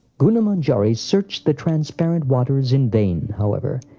guna manjari searched the transparent waters in vain, however,